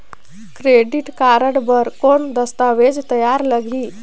Credit card बर कौन दस्तावेज तैयार लगही?